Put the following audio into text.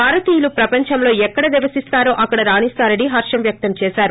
భారతీయులు ప్రపంచం లో ఎక్కడ నివసిస్తారో అక్కడ రాణిస్తారని హర్షం వ్యక్తం చేసారు